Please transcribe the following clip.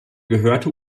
gehörte